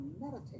meditate